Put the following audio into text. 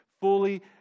fully